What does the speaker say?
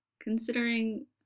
considering